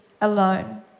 alone